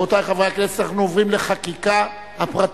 רבותי חברי הכנסת, אנחנו עוברים לחקיקה הפרטית.